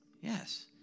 Yes